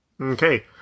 Okay